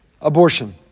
Abortion